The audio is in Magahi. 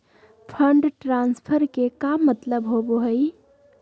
फंड ट्रांसफर के का मतलब होव हई?